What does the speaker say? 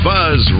Buzz